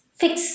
fix